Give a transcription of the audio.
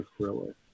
acrylic